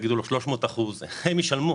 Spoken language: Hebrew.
300% הם ישלמו.